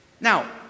Now